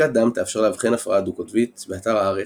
בדיקת דם תאפשר לאבחן הפרעה דו-קוטבית, באתר הארץ,